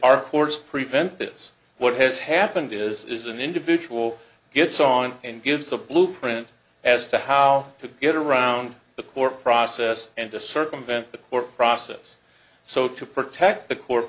our courts prevent this what has happened is an individual gets on and gives a blueprint as to how to get around the court process and to circumvent the process so to protect the court